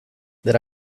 there